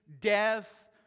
death